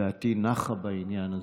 דעתי נחה בעניין הזה.